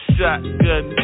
Shotgun